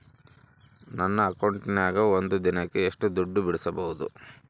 ನನ್ನ ಅಕೌಂಟಿನ್ಯಾಗ ಒಂದು ದಿನಕ್ಕ ಎಷ್ಟು ದುಡ್ಡು ಬಿಡಿಸಬಹುದು?